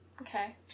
Okay